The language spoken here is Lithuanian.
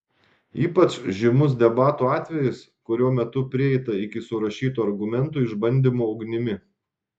ypač žymus debatų atvejis kurio metu prieita iki surašytų argumentų išbandymo ugnimi